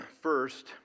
First